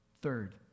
Third